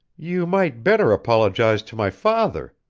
you might better apologize to my father,